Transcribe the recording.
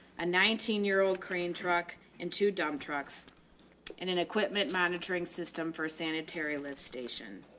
a nineteen year old crane truck, and two dump trucks and and equipment monitoring system for sanitary lift station.